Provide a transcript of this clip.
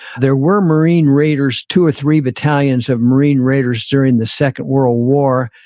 there were marine raiders two or three battalions of marine raiders during the second world war.